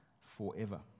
forever